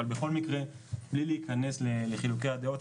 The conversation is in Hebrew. אבל בכל מקרה בלי להיכנס לחילוקי הדעות,